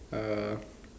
uh